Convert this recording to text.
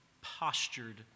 postured